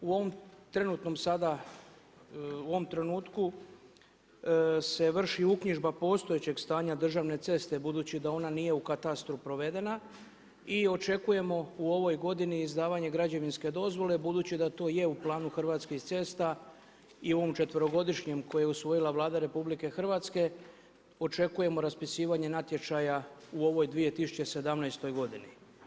U ovom trenutnom sada, u ovom trenutku se vrši uknjižba postojećeg stanja državne ceste budući da ona nije u katastru provedena i očekujemo u ovoj godini izdavanje građevinske dozvole budući da to je u planu Hrvatskih cesta i ovom četverogodišnjem koji je usvojila Vlada RH očekujemo raspisivanje natječaja u ovoj 2017. godini.